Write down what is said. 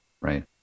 Right